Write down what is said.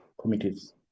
committees